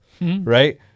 right